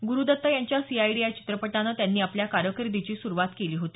गुरुदत्त यांच्या सीआयडी या चित्रपटानं त्यांनी आपल्या कारकीर्दीची सुरुवात केली होती